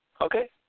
Okay